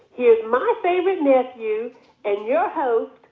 here's my favorite nephew and your host,